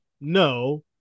no